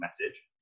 message